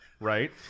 right